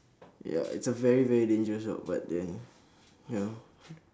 ya it's a very very dangerous job but then you know